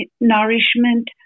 nourishment